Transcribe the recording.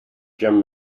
gym